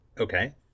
Okay